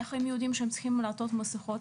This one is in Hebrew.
איך הם יודעים שהם צריכים לעטות מסכות?